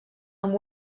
amb